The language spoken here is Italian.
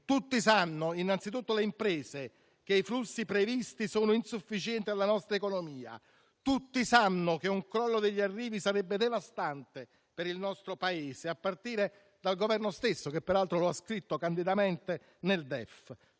Tutti sanno, innanzitutto le imprese, che i flussi previsti sono insufficienti per la nostra economia. Tutti sanno che un crollo degli arrivi sarebbe devastante per il nostro Paese, a partire dal Governo stesso, che peraltro lo ha scritto candidamente nel DEF.